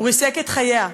הוא ריסק את חייה.